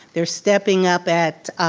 they're stepping up at,